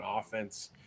offense